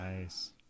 Nice